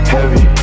Heavy